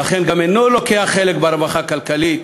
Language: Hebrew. ולכן גם אינו לוקח חלק ברווחה הכלכלית